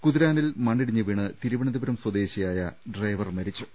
കുതിരാനിൽ മണ്ണിടിഞ്ഞുവീണ് തിരുവനന്തപുരം സ്വദേശി യായ ലോറി ഡ്രൈവർ മരിച്ചു